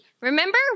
Remember